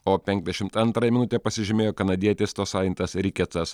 o penkiasdešimt antrąją minutę pasižymėjo kanadietis tosajentas riketas